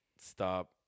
stop